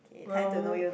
K time to know you